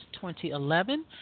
2011